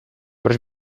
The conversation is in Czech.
proč